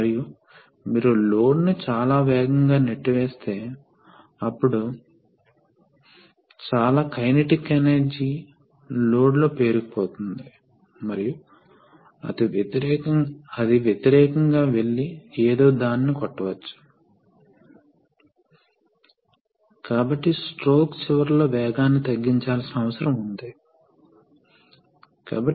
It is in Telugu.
కాబట్టి A మరియు B రెండూ శక్తివంతం కాకపోతే ఈ డైరెక్షనల్ వాల్వ్ మధ్యలో ఉంటుంది మరియు అందువల్ల ఈ రిలీఫ్ వాల్వ్ C యొక్క వెంట్ పోర్ట్ వాస్తవానికి డైరెక్షనల్ వాల్వ్ యొక్క కేంద్ర స్థానం ద్వారా నేరుగా ట్యాంకుకు అనుసంధానించబడుతుంది